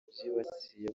byibasiye